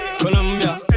Colombia